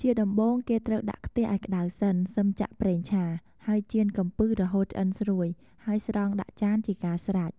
ជាដំបូង គេត្រូវដាក់ខ្ទះឱ្យក្តៅសិន សិមចាក់ប្រេងឆា ហើយចៀនកំពឹសរហូតឆ្អិនស្រួយ ហើយស្រង់ដាក់ចានជាការស្រេច។